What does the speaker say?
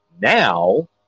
Now